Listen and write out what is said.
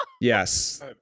yes